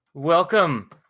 Welcome